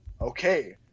okay